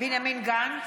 בנימין גנץ,